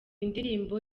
indirimbo